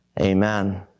Amen